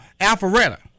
Alpharetta